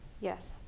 Yes